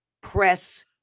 press